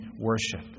worship